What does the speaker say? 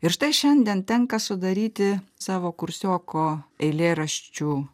ir štai šiandien tenka sudaryti savo kursioko eilėraščių